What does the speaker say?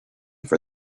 for